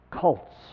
cults